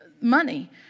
money